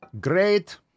Great